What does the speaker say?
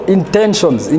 intentions